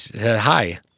Hi